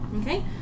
Okay